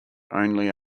only